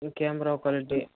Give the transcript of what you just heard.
ம் camera quality